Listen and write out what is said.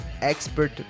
Expert